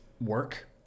work